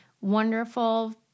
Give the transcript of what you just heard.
wonderful